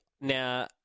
Now